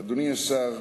אדוני השר,